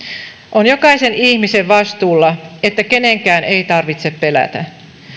on jokaisen ihmisen vastuulla että kenenkään ei tarvitse pelätä